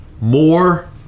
more